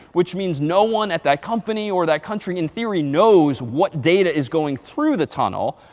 which means no one at that company or that country in theory knows what data is going through the tunnel.